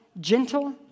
Gentle